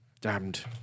damned